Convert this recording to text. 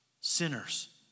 Sinners